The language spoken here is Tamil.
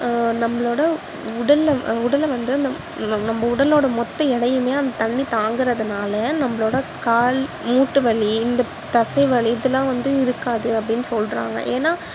நம்மளோட உடலில் உடலை வந்து நம்ம உடலோடய மொத்த எடையுமே அந்த தண்ணி தாங்குறதுனால நம்பளோட கால் மூட்டுவலி இந்த தசைவலி இதெலாம் வந்து இருக்காது அப்படின்னு சொல்கிறாங்க ஏன்னால்